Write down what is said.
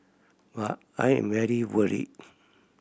but I am very worried